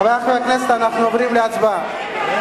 רגע, אדוני היושב-ראש, נא